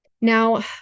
Now